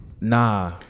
Nah